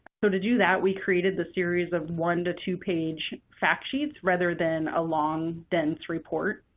so, to do that, we created the series of one to two-page fact sheets rather than a long, dense report.